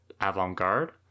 Avant-garde